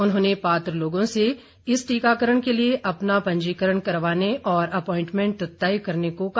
उन्होंने पात्र लोगों से इस टीकाकरण के लिए अपना पंजीकरण करवाने और अप्वाईटमेंट तय करने को कहा